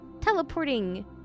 teleporting